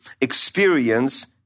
experience